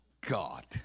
God